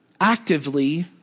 actively